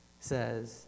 says